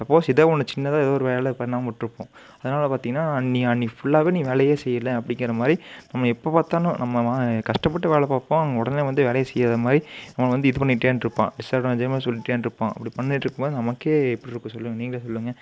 suppose ஏதோ ஒன்று சின்னதாக ஏதோ ஒரு வேலை பண்ணாமல் விட்டிருப்போம் அதனால பார்த்தீங்கன்னா நீ அன்னிக்கு ஃபுல்லாகவே நீ வேலையே செய்யல அப்படிங்கிற மாதிரி நம்ம எப்போ பார்த்தாலும் நம்ம மா கஷ்டப்பட்டு வேலை பார்ப்போம் அவங்க உடனே வந்து வேலையே செய்யாத மாதிரி அவன் வந்து இது பண்ணிகிட்டே இருப்பான் சடனாக சொல்லிகிட்டே இருப்பான் அப்படி பண்ணிகிட்ருக்கும்போது நமக்கே எப்படி இருக்கும் சொல்லுங்க நீங்களே சொல்லுங்க